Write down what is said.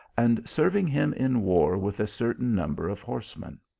and serving him in war with a certain number of horsemen.